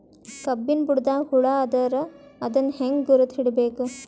ಕಬ್ಬಿನ್ ಬುಡದಾಗ ಹುಳ ಆದರ ಅದನ್ ಹೆಂಗ್ ಗುರುತ ಹಿಡಿಬೇಕ?